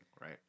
right